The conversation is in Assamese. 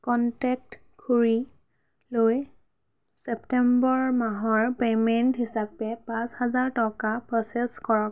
কন্টেক্ট খুড়ীলৈ ছেপ্টেম্বৰ মাহৰ পে'মেণ্ট হিচাপে পাঁচ হাজাৰ টকা প্ৰ'চেছ কৰক